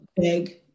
big